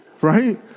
right